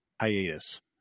hiatus